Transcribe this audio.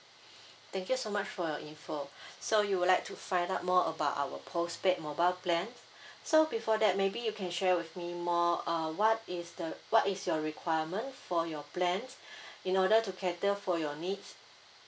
thank you so much for your info so you would like to find out more about our postpaid mobile plan so before that maybe you can share with me more uh what is the what is your requirement for your plans in order to cater for your needs